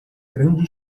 grande